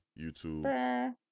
YouTube